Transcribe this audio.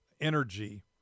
energy